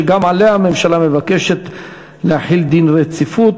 שגם עליה הממשלה מבקשת להחיל דין רציפות.